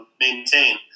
maintain